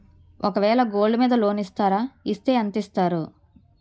ఒక వేల గోల్డ్ మీద లోన్ ఇస్తారా? ఇస్తే ఎంత ఇస్తారు?